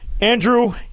Andrew